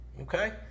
Okay